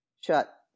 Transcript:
shut